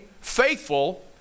faithful